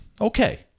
Okay